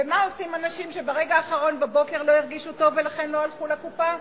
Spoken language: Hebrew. ומה עושים אנשים שברגע האחרון בבוקר לא הרגישו טוב ולכן לא הלכו לקופה?